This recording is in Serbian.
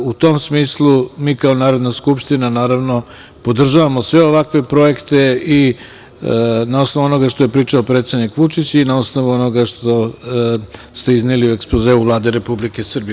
U tom smislu, mi kao Narodna skupština naravno podržavamo sve ovakve projekte i na osnovu onoga što je pričao predsednik Vučić i na osnovu onoga što ste izneli u Ekspozeu Vlade Republike Srbije.